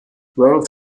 world